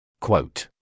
Quote